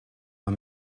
are